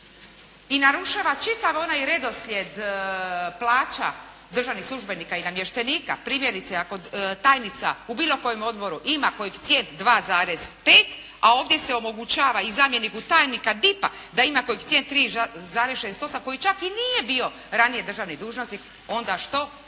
i narušava čitav onaj redoslijed plaća državnih službenika i namještenika. Primjerice ako tajnica u bilo kojem odboru ima koeficijent 2,5 a ovdje se omogućava i zamjeniku tajnika DIP-a da ima koeficijent 3,68 koji čak i nije bio ranije državni dužnosnik onda što